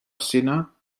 syna